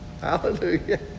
Hallelujah